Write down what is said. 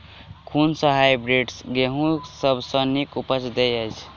कुन सँ हायब्रिडस गेंहूँ सब सँ नीक उपज देय अछि?